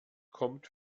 kommt